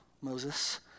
Moses